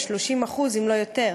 ב-30% אם לא יותר.